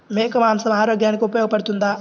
మేక మాంసం ఆరోగ్యానికి ఉపయోగపడుతుందా?